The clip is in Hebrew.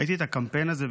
ראיתי את הקמפיין הזה,